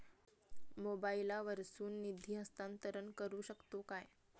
मोबाईला वर्सून निधी हस्तांतरण करू शकतो काय?